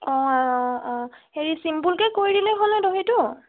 অঁ অঁ হেৰি ছিম্পুলকৈ কৰি দিলেই হ'ল নে দহিটো